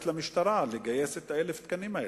למשטרה לגייס את 1,000 התקנים האלה,